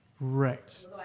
right